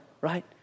Right